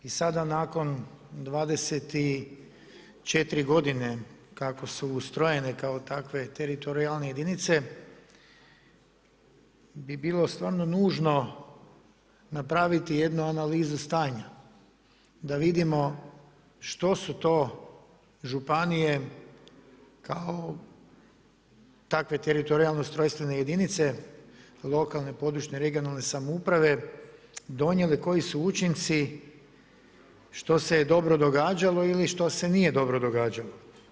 I sada nakon 24. godine kako su ustrojene kao takve teritorijalne jedinice bi bilo stvarno nužno napraviti jednu analizu stanja da vidimo što su to županije kao takve teritorijalno ustrojstvene jedinice, lokalne, područne i regionalne samouprave donijele, koji su učinci, što se je dobro događalo ili što se nije dobro događalo.